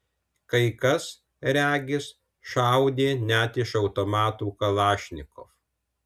kai kas regis šaudė net iš automatų kalašnikov